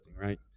right